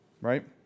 right